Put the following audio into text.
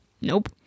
Nope